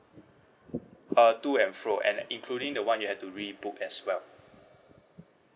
err to and fro and including the one you had to rebook as well